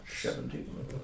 seventeen